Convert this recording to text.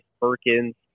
Perkins